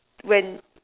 when